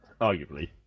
arguably